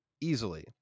easily